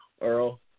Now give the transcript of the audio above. Earl